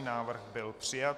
Návrh byl přijat.